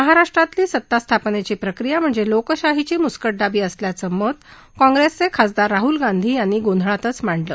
महाराष्ट्रातली सत्तास्थापनेची प्रक्रिया म्हणजे लोकशाहीची मुस्काद्वावी असल्याचं मत कॉंप्रेसचे खासदार राहल गांधी यांनी गोंधळातच मांडलं